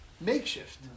makeshift